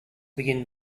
begin